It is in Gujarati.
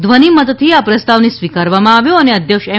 ધ્વનિ મતથી આ પ્રસ્તાવને સ્વીકારવામાં આવ્યો હતો અને અધ્યક્ષ એમ